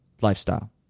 lifestyle